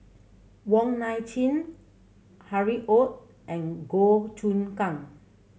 Wong Nai Chin Harry Ord and Goh Choon Kang